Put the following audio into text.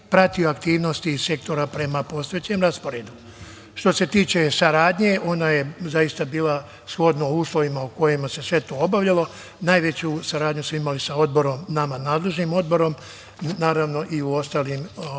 pratio aktivnosti iz sektora prema postojećem rasporedu. Što se tiče saradnje ona je zaista bila shodno uslovima u kojima se sve to obavljalo, najveću saradnju smo imali sa Odborom, nama nadležnim odborom, naravno i u ostalim